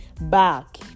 back